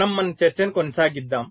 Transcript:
మనం మన చర్చను కొనసాగిద్దాం